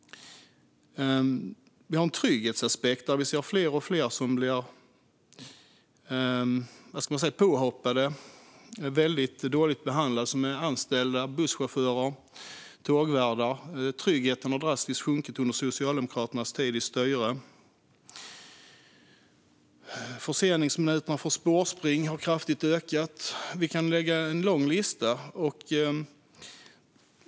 Det finns en trygghetsaspekt, nämligen att vi ser fler och fler bli - hur ska jag säga - påhoppade. Det är anställda som blir dåligt behandlade, till exempel busschaufförer och tågvärdar. Tryggheten har sjunkit drastiskt under Socialdemokraternas tid vid styret. Förseningsminuterna på grund av spårspring har kraftigt ökat. Listan kan göras lång, och man kan ju vara nöjd med detta.